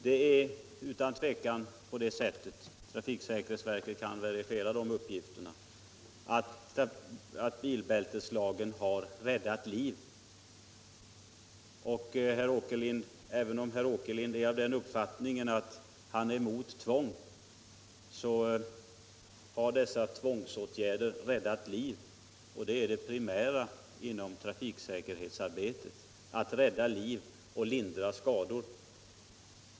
Det är utan tvivel på det sättet — trafiksäkerhetsverket kan verifiera de uppgifterna — att bilbälteslagen har bidragit till att rädda liv. Även om herr Åkerlind är emot tvång, har dessa tvångsåtgärder dock räddat liv, och det primära inom trafiksäkerhetsarbetet är ju att rädda liv och lindra skador.